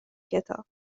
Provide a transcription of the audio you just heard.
کتاب